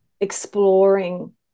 exploring